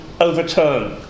overturn